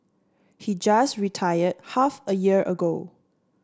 he just retired half a year ago